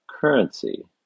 currency